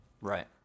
Right